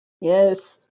Yes